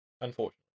Unfortunately